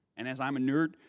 and as i'm a nerd,